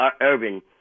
Urban